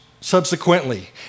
subsequently